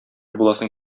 буласың